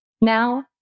now